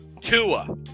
Tua